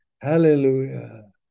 hallelujah